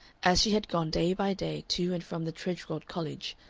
as she had gone day by day to and from the tredgold college,